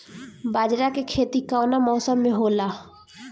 बाजरा के खेती कवना मौसम मे होला?